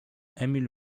emil